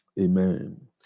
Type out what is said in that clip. Amen